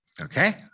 Okay